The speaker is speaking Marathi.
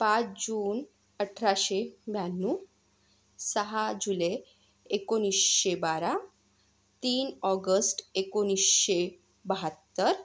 पाच जून अठराशे ब्याण्णव सहा जुलै एकोणीसशे बारा तीन ऑगस्ट एकोणीसशे बहात्तर